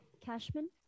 Cashman